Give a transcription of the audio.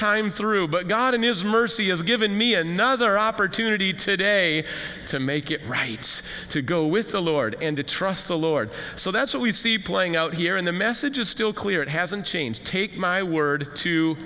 time through but god in his mercy has given me another opportunity today to make it right to go with the lord and to trust the lord so that's what we see playing out here and the message is still clear it hasn't changed take my word to